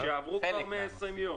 עברו כבר 120 יום.